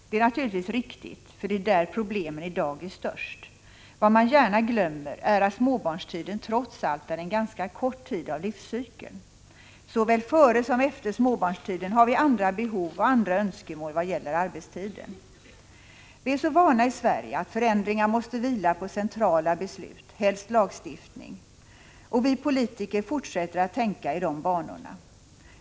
Det är naturligtvis riktigt, eftersom det är för dem som problemen i dag är störst. Vad man gärna glömmer är att småbarnstiden trots allt är en ganska kort tid av livscykeln. Såväl före som efter småbarnstiden har vi andra behov och andra önskemål vad gäller arbetstiden. I Sverige är vi så vana vid att förändringar måste vila på centrala beslut, helst lagstiftning. Och vi politiker fortsätter att tänka i dessa banor.